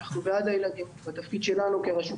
אנחנו בעד ההורים ואנחנו בעד הילדים והתפקיד שלנו כראשות